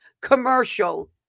commercial